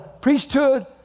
priesthood